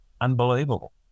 unbelievable